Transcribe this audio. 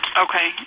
okay